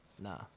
Nah